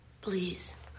Please